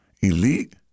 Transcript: Elite